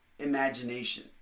imagination